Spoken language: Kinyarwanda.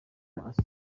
mars